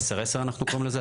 עשר, עשר אנחנו קוראים לזה.